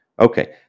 Okay